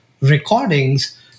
recordings